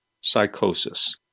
Psychosis